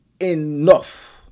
enough